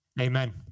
Amen